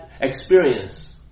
experience